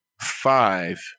five